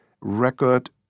record